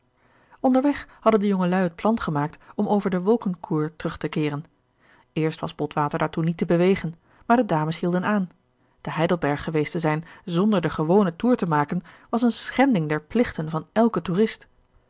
weg hadden de jongelui het plan gemaakt om over den wolkenkur terug te keeren eerst was botwater daartoe niet te bewegen maar de dames hielden aan te heidelberg geweest te zijn zonder den gewonen toer te maken was een schending der plichten van eiken toerist